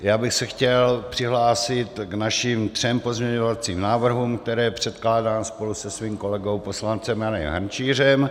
Já bych se chtěl přihlásit k našim třem pozměňovacím návrhům, které předkládám spolu se svým kolegou poslancem Janem Hrnčířem.